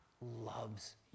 loves